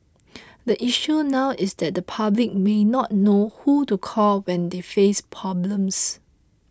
the issue now is that the public may not know who to call when they face problems